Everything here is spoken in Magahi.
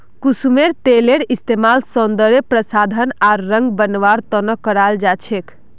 कुसुमेर तेलेर इस्तमाल सौंदर्य प्रसाधन आर रंग बनव्वार त न कराल जा छेक